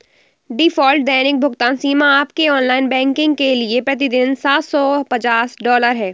default दैनिक भुगतान सीमा आपके ऑनलाइन बैंकिंग के लिए प्रति दिन सात सौ पचास डॉलर है